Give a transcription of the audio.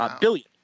billion